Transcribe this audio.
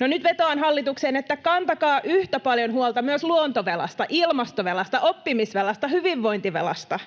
No, nyt vetoan hallitukseen, että kantakaa yhtä paljon huolta myös luontovelasta, ilmastovelasta, oppimisvelasta ja hyvinvointivelasta.